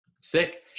Sick